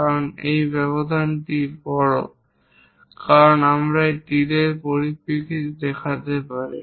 কারণ এই ব্যবধানটি বড় কারণ এটি একটি তীরের পরিপ্রেক্ষিতে দেখাতে পারে